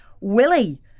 Willie